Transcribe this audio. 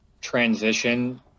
transition